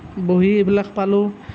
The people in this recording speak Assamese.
বহী এইবিলাক পালোঁ